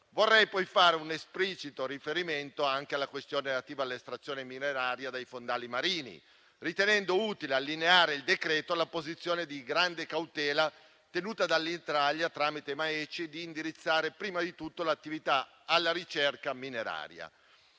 Vorrei poi fare un esplicito riferimento anche alla questione relativa all'estrazione mineraria dai fondali marini, ritenendo utile allineare il decreto alla posizione di grande cautela tenuta dall'Italia tramite il MAECI, di indirizzare prima di tutto l'attività alla ricerca mineraria.